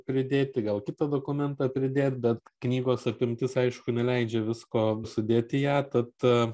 pridėti gal kitą dokumentą pridėt bet knygos apimtis aišku neleidžia visko sudėt į ją tad